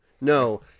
No